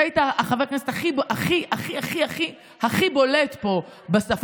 אתה היית חבר הכנסת הכי הכי הכי הכי בולט פה בשפה.